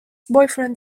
boyfriend